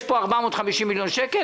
יש פה 450 מיליון שקל,